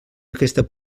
aquesta